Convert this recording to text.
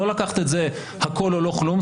לא לקחת את זה הכול או לא כלום,